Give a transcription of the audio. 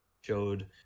showed